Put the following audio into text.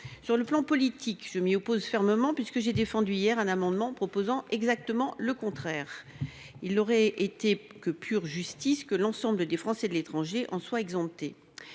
Sur le plan politique, je m’y oppose fermement : j’ai même défendu, hier, un amendement qui en était l’exact contraire. Il n’aurait été que pure justice que l’ensemble des Français de l’étranger soient exemptés